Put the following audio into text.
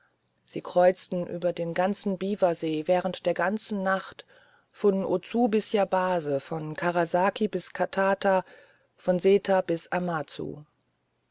sie kreuzten über den ganzen biwasee während der ganzen nacht von ozu bis yabase von karasaki bis katata von seta bis amazu